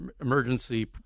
emergency